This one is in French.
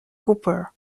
cooper